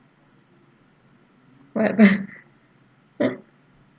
what happen